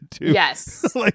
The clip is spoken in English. yes